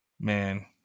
man –